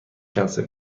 کنسل